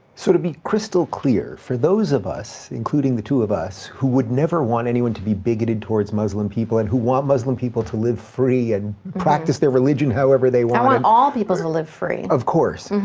sort of be crystal clear, for those of us, including the two of us, who would never want anyone to be bigoted towards muslim people, and who want muslim people to live free and practice their religion however they want i want all people to live free. of course.